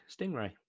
Stingray